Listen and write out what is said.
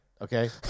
Okay